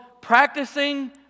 practicing